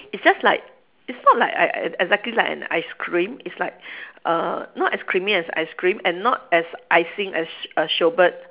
it's just like it's not like e~ e~ exactly like an ice cream it's like err not as creamy as ice cream and not as icy as s~ a sorbet